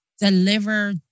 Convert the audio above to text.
deliver